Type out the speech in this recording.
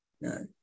No